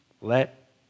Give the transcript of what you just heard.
let